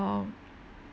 um